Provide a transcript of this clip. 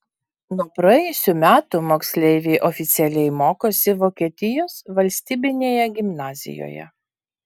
nuo praėjusių metų moksleiviai oficialiai mokosi vokietijos valstybinėje gimnazijoje